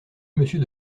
monsieur